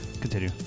Continue